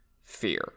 fear